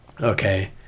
okay